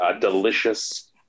delicious